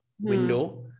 window